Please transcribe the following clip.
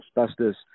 asbestos